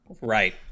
Right